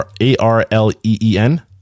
A-R-L-E-E-N